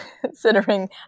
Considering